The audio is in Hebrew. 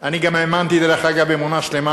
אני גם האמנתי, דרך אגב, באמונה שלמה